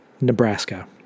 Nebraska